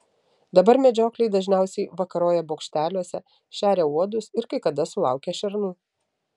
dabar medžiokliai dažniausiai vakaroja bokšteliuose šeria uodus ir kai kada sulaukia šernų